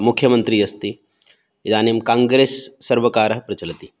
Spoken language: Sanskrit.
मुख्यमन्त्री अस्ति इदानीं काङ्ग्रेस् सर्वकारः प्रचलति